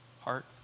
heart